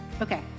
Okay